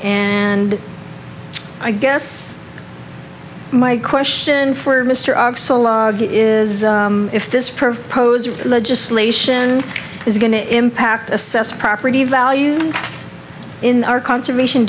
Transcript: and i guess my question for mr is if this perv poser legislation is going to impact assess property values in our conservation